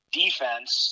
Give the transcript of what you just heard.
defense